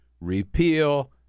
repeal